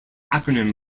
acronym